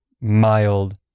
Mild